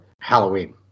Halloween